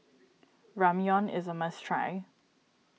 Ramyeon is a must try